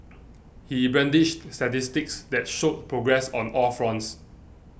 he brandished statistics that showed progress on all fronts